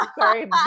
Sorry